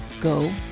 Go